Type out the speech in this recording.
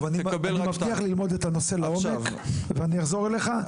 אני מבטיח ללמוד את הנושא לעומק, ואני אחזור אליך.